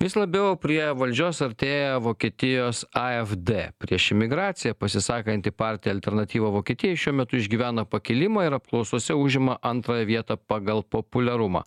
vis labiau prie valdžios artėja vokietijos afd prieš imigraciją pasisakanti partija alternatyva vokietijai šiuo metu išgyvena pakilimą ir apklausose užima antrąją vietą pagal populiarumą